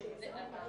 כשאנחנו מדברים